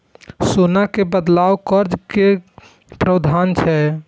सोना के बदला कर्ज के कि प्रावधान छै?